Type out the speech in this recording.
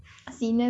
sinners